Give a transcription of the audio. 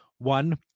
One